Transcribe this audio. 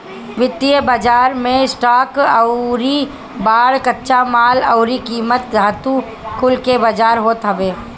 वित्तीय बाजार मे स्टॉक अउरी बांड, कच्चा माल अउरी कीमती धातु कुल के बाजार होत हवे